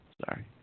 sorry